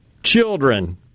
Children